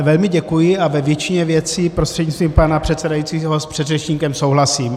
Velmi děkuji a ve většině věcí prostřednictvím pana předsedajícího s předřečníkem souhlasím.